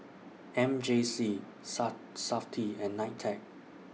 M J C Sat Safti and NITEC